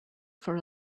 for